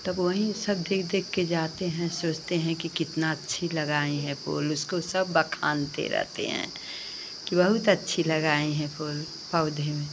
तब वही सब देख देखकर जाते हैं सोचते हैं कि कितना अच्छा लगाए हैं फूल उसको सब बखानते रहते हैं कि बहुत अच्छा लगाए हैं फूल पौधे में